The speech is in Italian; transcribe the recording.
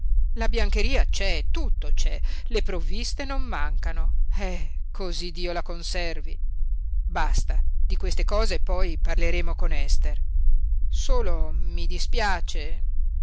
la biancheria c'è tutto c'è le provviste non mancano eh cosí dio la conservi basta di queste cose poi parleremo con ester solo mi dispiace